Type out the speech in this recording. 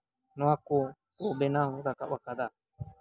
ᱱᱚᱶᱟᱠᱚ ᱠᱚ ᱵᱮᱱᱟᱣ ᱨᱟᱠᱟᱵ ᱟᱠᱟᱫᱟ